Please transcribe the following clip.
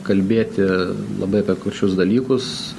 kalbėti labai apie šiuos dalykus